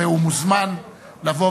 נכבדה,